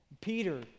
peter